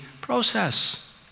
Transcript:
process